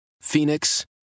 Phoenix